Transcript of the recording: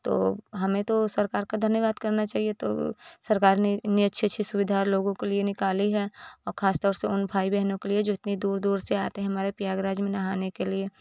तो हमें तो सरकार का धन्यवाद करना चाहिए तो सरकार ने इतनी अच्छी अच्छी सुविधा लोगों के लिए निकाली हैं और ख़ास तौर से उन भाई बहनों के लिए जो इतनी दूर दूर से आते हैं हमारे प्रयागराज में नहाने के लिए